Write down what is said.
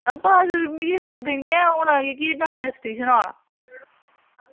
ते मिगी लगदा निं ऐ की पास इन्ने होना की के ट्यूशन एह् औंदी निं ऐ ते ना इन्ने औना